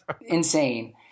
insane